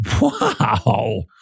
wow